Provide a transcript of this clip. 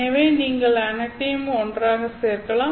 எனவே நீங்கள் இந்த அனைத்தையும் ஒன்றாக சேர்க்கலாம்